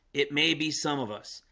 it may be some of us.